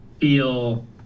feel